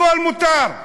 הכול מותר.